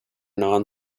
non